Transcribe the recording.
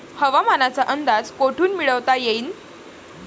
हवामानाचा अंदाज कोठून मिळवता येईन?